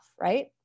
Right